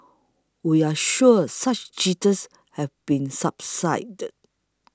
we're sure such jitters have since subsided